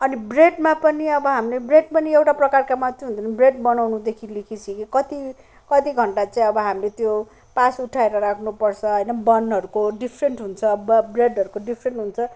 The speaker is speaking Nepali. अनि ब्रेडमा पनि अब हामीले ब्रेड पनि एउटा प्रकारका मात्र हुँदैन ब्रेड बनाउनुदेखि लिएको सिकेँ कति घन्टा चाहिँ अब हामीले त्यो पास उठाएर राख्नु पर्छ होइन बनहरूको डिफरेन्ट हुन्छ ब ब्रेडहरूको डिफरेन्ट हुन्छ